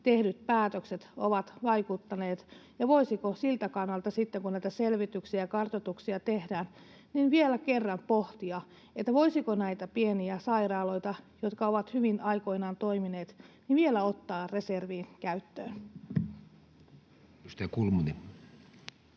tehdyt päätökset ovat vaikuttaneet ja voisiko siltä kannalta sitten, kun näitä selvityksiä ja kartoituksia tehdään, vielä kerran pohtia, voisiko näitä pieniä sairaaloita, jotka ovat hyvin aikoinaan toimineet, vielä ottaa reserviin käyttöön. Edustaja Kulmuni.